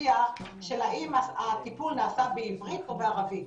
בשיח של האם הטיפול נעשה בעברית או בערבית.